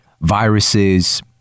viruses